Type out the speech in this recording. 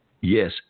Yes